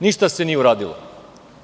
Ništa se nije uradilo.